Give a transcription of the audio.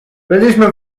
byliśmy